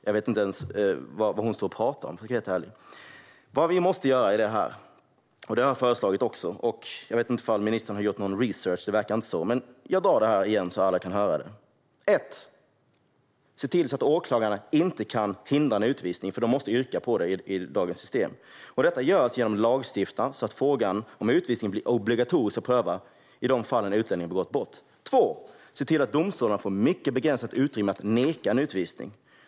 Jag vet inte ens vad hon står och pratar om, för att vara helt ärlig. Vad måste vi då göra åt detta? Det har jag föreslagit. Jag vet inte om ministern har gjort någon research - det verkar inte så. Jag drar det igen så att alla kan höra det: Se till att åklagarna inte kan hindra en utvisning. De måste nämligen yrka på det med dagens system. Detta görs genom att lagstifta så att frågan om utvisning blir obligatorisk att pröva i de fall en utlänning har begått brott. Se till att domstolarna får mycket begränsat utrymme att neka en utvisning.